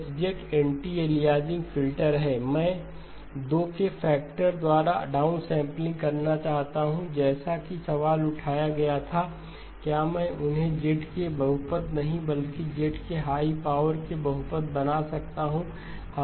H anti aliasing filter है मैं 2 के फैक्टर द्वारा डाउनसैंपलिंग करना चाहता हूं जैसा कि सवाल उठाया गया था क्या मैं उन्हें z के बहुपद नहीं बल्कि z की हाई पावर के बहुपद बना सकता हूं